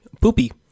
poopy